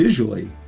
visually